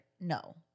No